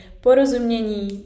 porozumění